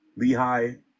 Lehi